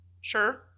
Sure